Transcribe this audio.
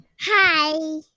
Hi